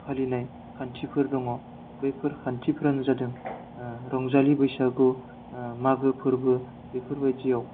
फालिनाय खान्थिफोर दङ बैफोर खान्थिफ्रानो जादों रंजालि बैसागु मागो फोरबो बेफोर बायदियाव